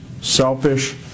selfish